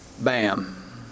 Bam